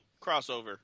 Crossover